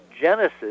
genesis